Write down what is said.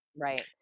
right